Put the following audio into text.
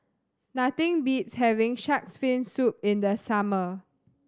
nothing beats having Shark's Fin Soup in the summer